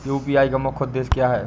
UPI का मुख्य उद्देश्य क्या है?